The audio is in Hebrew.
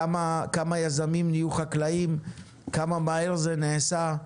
כמה יזמים נהיו חקלאים וכמה מהר זה נעשה,